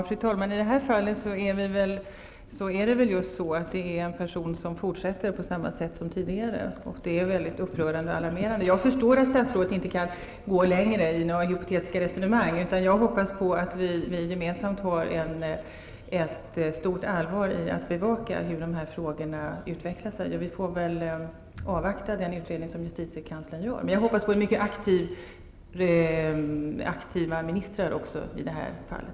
Fru talman! I det här fallet är det väl så att personen fortsätter på samma sätt som tidigare. Det är väldigt upprörande och alarmerande. Jag förstår att statsrådet inte kan gå längre i hypotetiska resonemang, men jag hoppas att vi gemensamt med ett stort allvar bevakar hur dessa frågor utvecklar sig. Vi får väl avvakta den utredning som justitiekanslern gör. Men jag hoppas också på mycket aktiva ministrar i det här fallet.